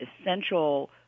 essential